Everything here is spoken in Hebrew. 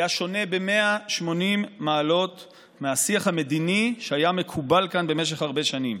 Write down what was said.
היה שונה ב-180 מעלות מהשיח המדיני שהיה מקובל כאן במשך הרבה שנים.